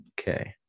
Okay